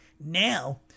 Now